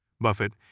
Buffett